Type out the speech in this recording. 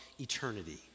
eternity